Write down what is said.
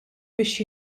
biex